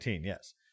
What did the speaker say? yes